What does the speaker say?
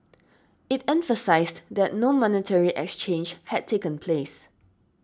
it emphasised that no monetary exchange had taken place